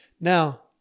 Now